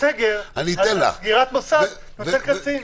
אבל סגר על סגירת מוסד נותן קצין.